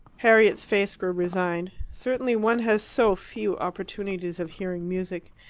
harriet's face grew resigned. certainly one has so few opportunities of hearing music.